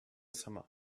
summer